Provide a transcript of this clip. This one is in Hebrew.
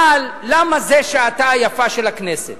אבל למה זו שעתה היפה של הכנסת?